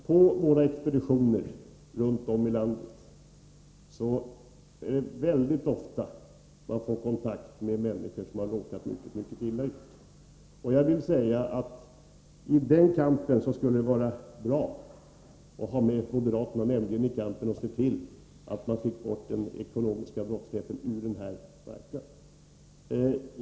På våra expeditioner runt om i landet händer det väldigt ofta att man får kontakt med människor som har råkat mycket illa ut. Jag vill säga att det skulle vara bra att ha med moderaterna i kampen för att se till att vi får bort den ekonomiska brottsligheten från den här marknaden.